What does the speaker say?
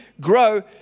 grow